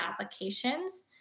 applications